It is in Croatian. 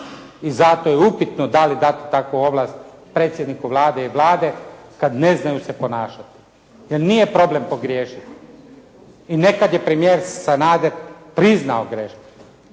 I zato je upitno da li dati takvu ovlast predsjedniku Vlade i Vlade kad ne znaju se ponašati jer nije problem pogriješiti i nekad je premijer Sanader priznao grešku,